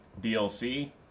DLC